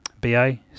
BA